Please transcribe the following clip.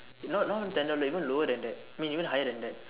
not no then door even lower than that I mean even higher than that